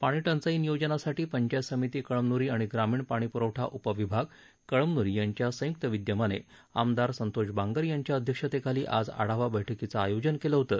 पाणीटंचाई नियोजनासाठी पंचायत समिती कळमन्री आणि ग्रामीण पाणीप्रवठा उपविभाग कळमन्री यांच्या संयुक्त विदयमाने आमदार संतोष बांगर यांच्या अध्यक्षतेखाली आज आढावा बछकीचे आयोजन केलं होतं